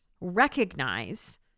recognize